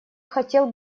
хотел